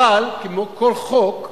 אבל כמו כל חוק,